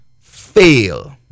fail